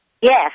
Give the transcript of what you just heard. Yes